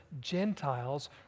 Gentiles